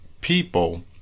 people